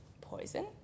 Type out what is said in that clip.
poison